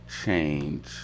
change